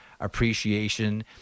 appreciation